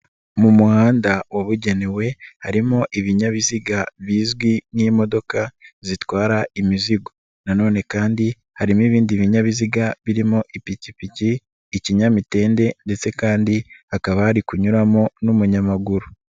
Mu muhanda wabugenewe, harimo ibinyabiziga bizwi nk'imodoka zitwara imizigo na none kandi harimo ibindi binyabiziga birimo ipikipiki, ikinyamitende ndetse kandi hakaba hari kunyuramo n'umunyamaguru.